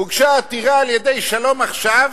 הוגשה עתירה על-ידי "שלום עכשיו"